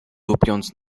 tupiąc